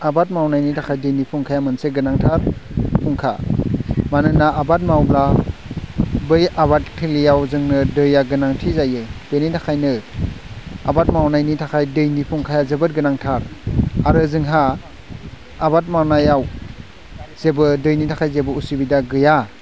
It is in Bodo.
आबाद मावनायनि थाखाय दैनि फुंखाया मोनसे गोनांथार फुंखा मानोना आबाद मावग्रा बै आबादथिलियाव जोंनो दैया गोनांथि जायो बेनि थाखायनो आबाद मावनायनि थाखाय दैनि फुंखाया जोबोद गोनांथार आरो जोंहा आबाद मावनायाव जेबो दैनि थाखाय जेबो असुबिदा गैया